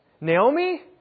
Naomi